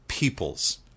peoples